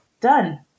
done